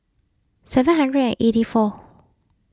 seven hundred and eighty four